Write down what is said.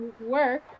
work